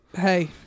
Hey